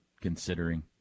considering